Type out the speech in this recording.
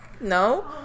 No